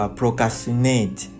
procrastinate